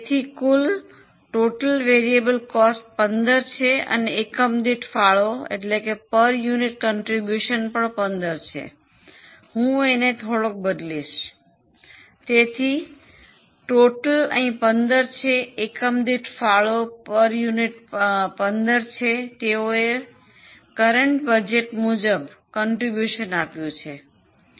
તેથી કુલ ચલિત ખર્ચ 15 છે અને એકમ દીઠ ફાળો પણ 15 છે હું તેને થોડો બદલીશ તેથી કુલ અહીં 15 છે એકમ દીઠ ફાળો 15 છે તેઓએ વર્તમાન બજેટ મુજબ ફાળો આપ્યો છે